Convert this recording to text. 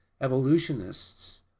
evolutionists